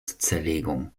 zerlegung